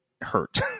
hurt